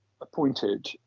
appointed